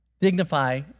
dignify